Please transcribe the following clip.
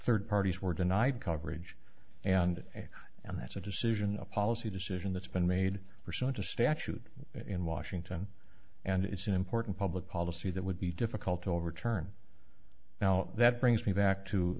third parties were denied coverage and and that's a decision a policy decision that's been made pursuant to statute in washington and it's an important public policy that would be difficult to overturn now that brings me back to